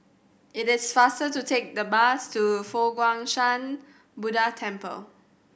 it is faster to take the bus to Fo Guang Shan Buddha Temple